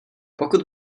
pokud